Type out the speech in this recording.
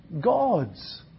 God's